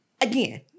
again